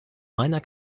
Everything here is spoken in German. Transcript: meiner